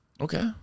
Okay